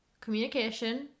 communication